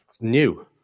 new